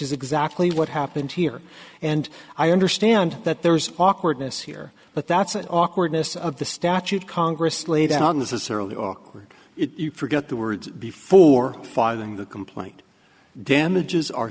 is exactly what happened here and i understand that there's awkwardness here but that's an awkwardness of the statute congress laid out on this is certainly awkward if you forget the words before filing the complaint damages